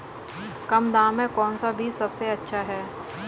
कम दाम में कौन सा बीज सबसे अच्छा है?